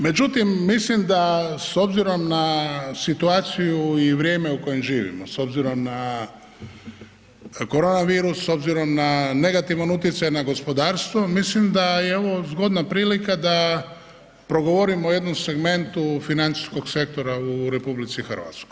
Međutim, mislim da s obzirom na situaciju i vrijeme u kojem živimo, s obzirom na korona virus, s obzirom na negativan utjecaj na gospodarstvo, mislim da je ovo zgodna prilika da progovorimo o jednom segmentu financijskog sektora u RH.